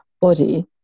body